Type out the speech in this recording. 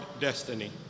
destiny